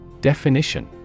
Definition